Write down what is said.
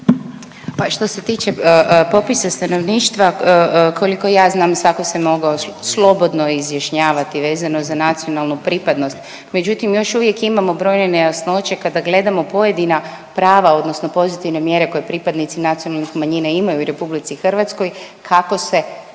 Pa što se tiče popisa stanovništva, koliko ja znam, svatko se mogao slobodno izjašnjavati vezano za nacionalnu pripadnost, međutim, još uvijek imamo brojne nejasnoće kada gledamo pojedina prava odnosno pozitivne mjere koje pripadnici nacionalnih manjina imaju u RH, kako se